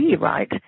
right